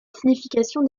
signification